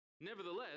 Nevertheless